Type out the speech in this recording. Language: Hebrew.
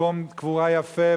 למקום קבורה יפה,